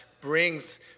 brings